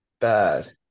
bad